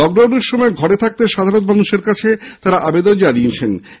লকডাউনের সময় ঘরে থাকতে সাধারণ মানুষের কাছে তাঁরা আবেদন জানিয়েছেন